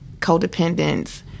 codependence